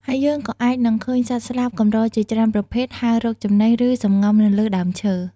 ហើយយើងក៏អាចនឹងឃើញសត្វស្លាបកម្រជាច្រើនប្រភេទហើររកចំណី ឬសំងំនៅលើដើមឈើ។